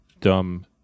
dumb